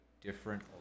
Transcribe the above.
different